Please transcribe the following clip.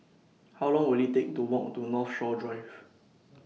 How Long Will IT Take to Walk to Northshore Drive